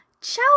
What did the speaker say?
ciao